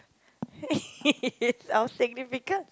it's our significance